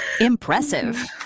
Impressive